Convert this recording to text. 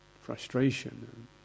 frustration